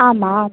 ஆமாம்